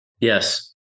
yes